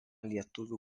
lietuvių